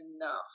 enough